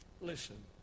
Listen